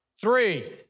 Three